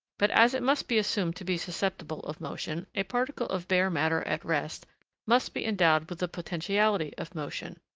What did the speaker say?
but, as it must be assumed to be susceptible of motion, a particle of bare matter at rest must be endowed with the potentiality of motion.